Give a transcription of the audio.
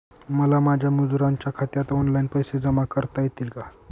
मला माझ्या मजुरांच्या खात्यात ऑनलाइन पैसे जमा करता येतील का?